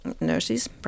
nurses